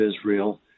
Israel